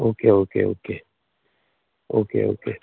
okay okay okay okay okay